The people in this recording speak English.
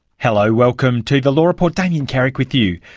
hello, welcome to the law report, damien carrick with you.